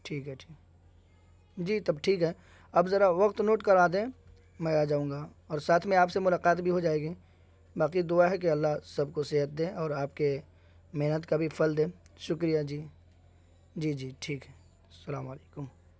ٹھیک ہے ٹھیک جی تب ٹھیک ہے آپ ذرا وقت نوٹ کرا دیں میں آ جاؤں گا اور ساتھ میں آپ سے ملاقات بھی ہو جائے گی باقی دعا ہے کہ اللہ سب کو صحت دے اور آپ کے محنت کا بھی پھل دیں شکریہ جی جی جی ٹھیک ہے السلام علیکم